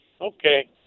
Okay